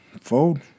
Fold